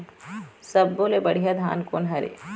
सब्बो ले बढ़िया धान कोन हर हे?